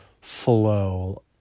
flow